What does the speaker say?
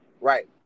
Right